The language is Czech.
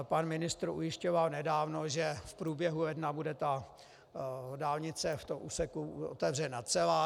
Pan ministr ujišťoval nedávno, že v průběhu ledna bude dálnice v tom úseku otevřena celá.